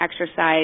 exercise